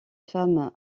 femme